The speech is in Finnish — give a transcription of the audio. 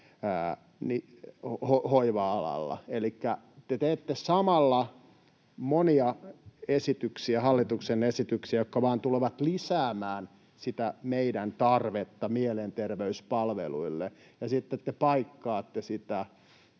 hoiva-alalla. Elikkä te teette samalla monia esityksiä, hallituksen esityksiä, jotka vain tulevat lisäämään sitä meidän tarvettamme mielenterveyspalveluille, ja sitten te paikkaatte sitä